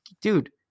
dude